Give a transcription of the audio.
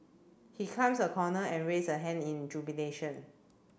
he climbs a corner and raise a hand in jubilation